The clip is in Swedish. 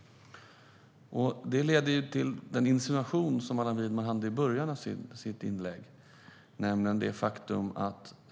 Det leder till den insinuation som Allan Widman hade i början av sitt inlägg.